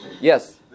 Yes